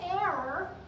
error